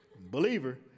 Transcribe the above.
Believer